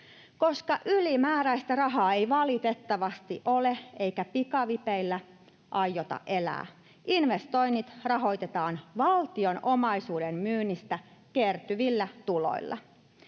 Koska ylimääräistä rahaa ei valitettavasti ole eikä pikavipeillä aiota elää, investoinnit rahoitetaan valtion omaisuuden myynnistä kertyvillä tuloilla.